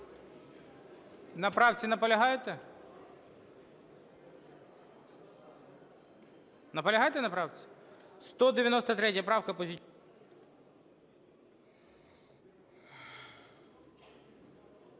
На правці наполягаєте? Наполягаєте на правці? 193 правка, Пузійчук.